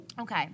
Okay